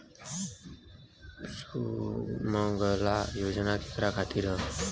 सुमँगला योजना केकरा खातिर ह?